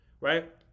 Right